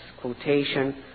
quotation